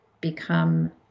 become